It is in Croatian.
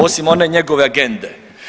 Osim one njegove agende.